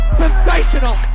sensational